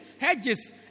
hedges